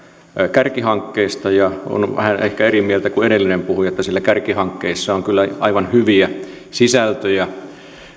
kärkihankkeista ja olen vähän ehkä eri mieltä kuin edellinen puhuja että siellä kärkihankkeissa on kyllä aivan hyviä sisältöjä